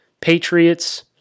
Patriots